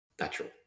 natural